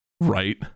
Right